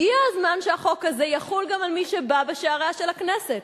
הגיע הזמן שהחוק הזה יחול גם על מי שבא בשעריה של הכנסת.